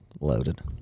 loaded